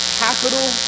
capital